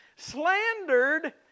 Slandered